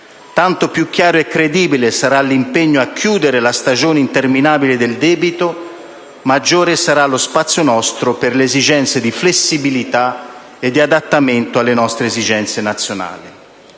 Tanto più chiaro e credibile sarà l'impegno a chiudere la stagione interminabile del debito, maggiore sarà lo spazio nostro per le esigenze di flessibilità e di adattamento alle nostre esigenze nazionali.